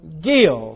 give